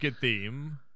theme